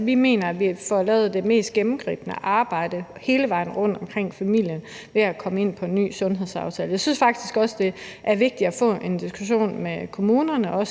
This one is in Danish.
vi mener, at vi får lavet det mest gennemgribende arbejde hele vejen rundt omkring familien ved at komme med en ny sundhedsaftale. Jeg synes faktisk, det er vigtigt også at få en diskussion med kommunerne om,